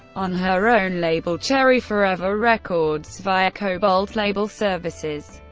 on her own label cherry forever records via kobalt label services.